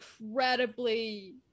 incredibly